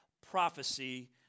prophecy